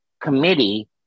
Committee